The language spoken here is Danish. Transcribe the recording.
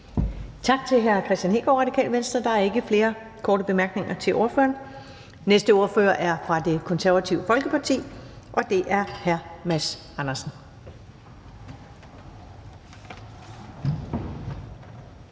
Tak til hr. Kristian Hegaard, Radikale Venstre. Der er ikke flere korte bemærkninger til ordføreren. Den næste ordfører er fra Det Konservative Folkeparti, og det er hr. Mads Andersen.